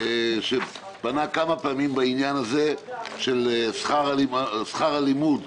שפנה כמה פעמים בעניין שכר הלימוד במעונות,